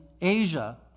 Asia